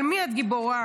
על מי את גיבורה,